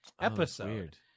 episode